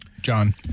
John